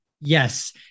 Yes